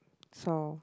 so